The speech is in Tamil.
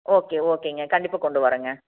ஓகே ஓகேங்க கண்டிப்பாக கொண்டு வரேன்ங்க